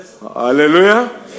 Hallelujah